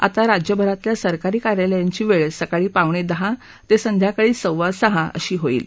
आता राज्यभरातल्या सरकारी कार्यालयांची वेळ सकाळी पावणे दहा ते सायंकाळी सव्वा सहा अशी होईल